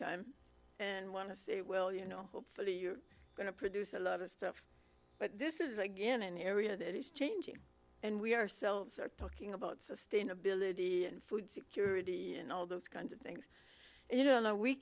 time and want to say well you know hopefully you're going to produce a lot of stuff but this is again an area that is changing and we ourselves are talking about sustainability and food security and all those kinds of things you